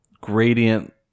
gradient